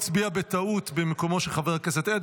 את הצעת חוק